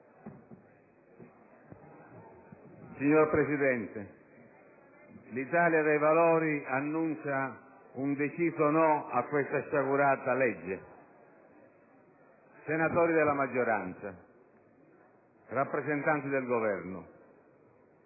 Signor Presidente, l'Italia dei Valori annuncia un deciso no a questa sciagurata legge. Senatori della maggioranza, rappresentanti del Governo: